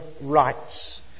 rights